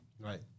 Right